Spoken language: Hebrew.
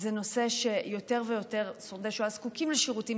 יותר ויותר שורדי שואה זקוקים לשירותים